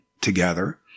together